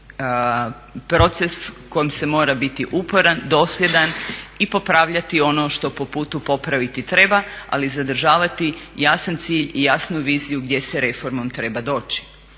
proces kojem se mora biti uporan, dosljedan i popravljati ono što po putu popraviti treba, ali zadržavati jasan cilj i jasnu viziju gdje se reformom treba doći.